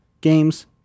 games